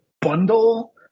bundle